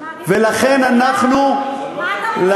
אז מה, עדיף, ולכן אנחנו, מה אתה רוצה, ים?